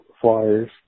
flyers